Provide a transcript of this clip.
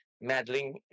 meddling